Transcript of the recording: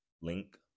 Link